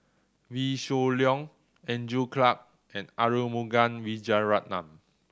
Wee Shoo Leong Andrew Clarke and Arumugam Vijiaratnam